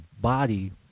body